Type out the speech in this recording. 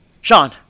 Sean